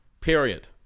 Period